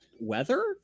weather